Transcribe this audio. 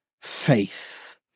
faith